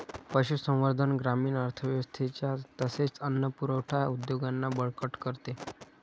पशुसंवर्धन ग्रामीण अर्थव्यवस्थेच्या तसेच अन्न पुरवठा उद्योगांना बळकट करते